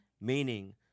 Meaning